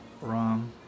Wrong